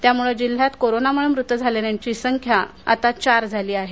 त्यामुळे जिल्ह्यात कोरोनामुळे मृत्यू झालेल्यांची संख्या आता चार झाली आहे